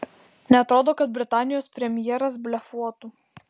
neatrodo kad britanijos premjeras blefuotų